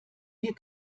wir